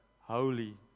holy